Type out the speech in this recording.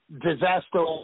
disaster